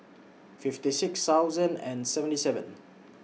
fifty six thousand and seventy seven